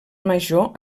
major